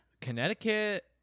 connecticut